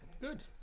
Good